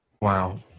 Wow